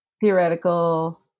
theoretical